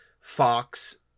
fox